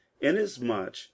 inasmuch